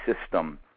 system